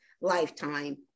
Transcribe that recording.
lifetime